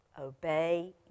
Obey